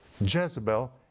Jezebel